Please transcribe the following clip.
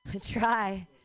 try